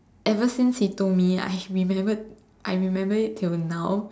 ever since he told me I remember I remember it till now